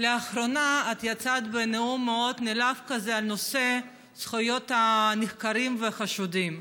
לאחרונה יצאת בנאום מאוד נלהב על נושא זכויות הנחקרים והחשודים.